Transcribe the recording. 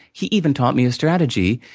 he even taught me a strategy,